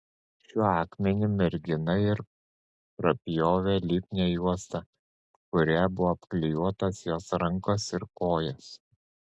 šiuo akmeniu mergina ir prapjovė lipnią juostą kuria buvo apklijuotos jos rankos ir kojos